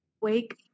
Wake